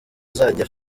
azajya